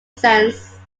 sense